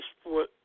sport